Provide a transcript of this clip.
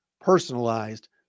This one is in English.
personalized